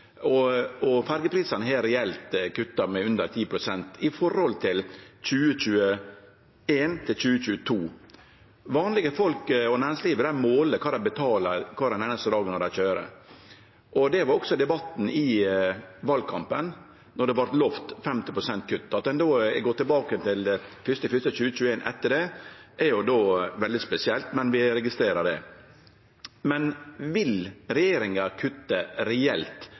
ferjeprisane har ein reelt sett kutta med under 10 pst. samanlikna med 2021/2022. Vanlege folk og næringslivet måler kva dei betalar kvar einaste dag dei køyrer. I debattar i valkampen vart det òg lovd eit kutt på 50 pst. At ein då går tilbake til 1. januar 2021 etter det, er veldig spesielt, men vi registrerer det. Vil regjeringa reelt sett kutte